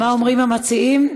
מה אומרים המציעים?